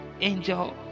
angel